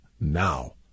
now